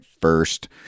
first